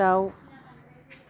दाउ